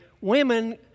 women